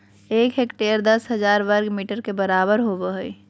एक हेक्टेयर दस हजार वर्ग मीटर के बराबर होबो हइ